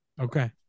Okay